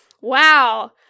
wow